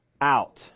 out